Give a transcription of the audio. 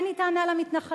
אין לי טענה למתנחלים.